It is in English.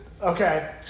Okay